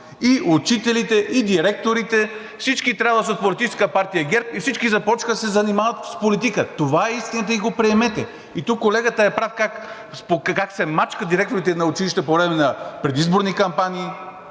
и учителите, и директорите – всички трябва да са от Политическа партия ГЕРБ, и всички започнаха да се занимават с политика. Това е истината и го приемете. И тук колегата е прав как се мачкат директорите на училища по време на предизборни кампании,